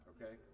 Okay